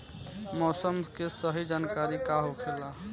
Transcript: मौसम के सही जानकारी का होखेला?